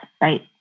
right